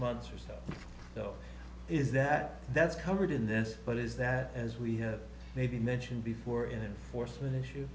months or so though is that that's covered in this but is that as we have maybe mentioned before in force when issue